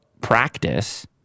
practice